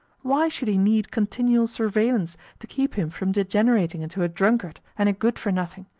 why should he need continual surveillance to keep him from degenerating into a drunkard and a good-for-nothing?